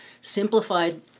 simplified